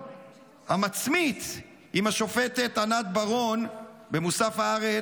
המצמית עם השופטת ענת ברון במוסף הארץ,